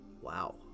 Wow